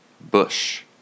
Bush